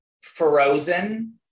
frozen